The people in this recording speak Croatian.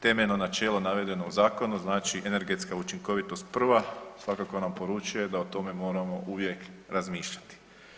Temeljno načelo navedenog zakona znači energetska učinkovitost prva svakako nam poručuje da o tome moramo uvijek razmišljati.